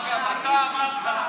תודה רבה,